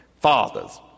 Fathers